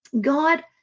God